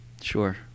Sure